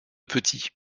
petit